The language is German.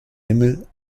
himmel